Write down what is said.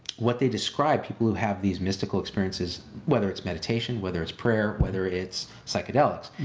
what they describe people who have these mystical experiences, whether it's meditation, whether it's prayer, whether it's psychedelics,